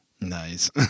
Nice